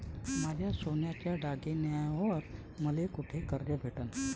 माया सोन्याच्या दागिन्यांइवर मले कुठे कर्ज भेटन?